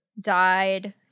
died